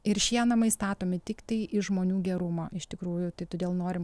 ir šie namai statomi tiktai iš žmonių gerumo iš tikrųjų tai todėl norim